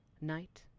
night